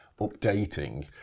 updating